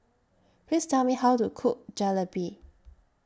Please Tell Me How to Cook Jalebi